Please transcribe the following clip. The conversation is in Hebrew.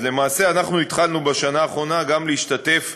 למעשה אנחנו התחלנו בשנה האחרונה גם להשתתף